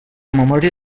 memòria